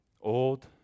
old